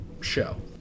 show